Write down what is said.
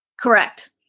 Correct